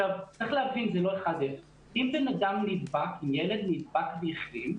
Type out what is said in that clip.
צריך להבין, אם ילד נדבק והחלים,